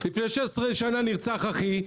לפני 16 שנה נרצח אחי.